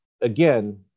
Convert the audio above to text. again